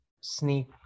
sneak